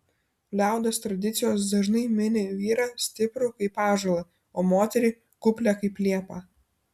liaudies tradicijos dažnai mini vyrą stiprų kaip ąžuolą o moterį kuplią kaip liepą